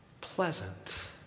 pleasant